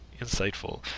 insightful